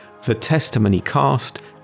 thetestimonycast